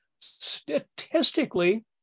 statistically